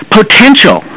potential